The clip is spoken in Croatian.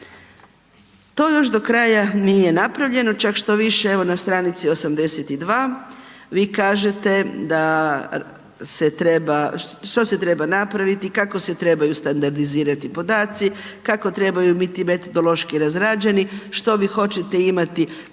to još do kraja nije napravljeno. Čak štoviše evo na stranici 82 vi kažete da se treba, što se treba napraviti, kako se trebaju standardizirati podaci, kako trebaju biti metodološki razrađeni, što vi hoćete imati koje